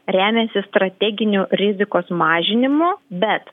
remiasi strateginiu rizikos mažinimu bet